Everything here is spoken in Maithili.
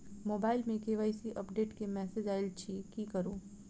मोबाइल मे के.वाई.सी अपडेट केँ मैसेज आइल अछि की करू?